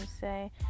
say